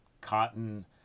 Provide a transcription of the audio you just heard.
cotton